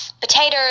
potatoes